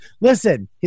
Listen